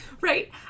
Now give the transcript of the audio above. right